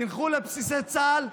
תלכו לבסיסי צה"ל,